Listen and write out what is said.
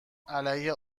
علیه